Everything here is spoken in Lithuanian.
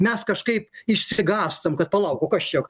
mes kažkaip išsigąstam kad palauk o kas čia